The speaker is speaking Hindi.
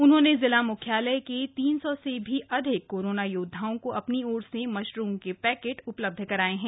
उन्होंने जिला म्ख्यालय के तीन सौ से भी अधिक कोरोना योद्धाओं को अपनी ओर से मशरूम के पैकेट उपलब्ध कराये हैं